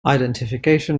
identification